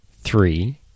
three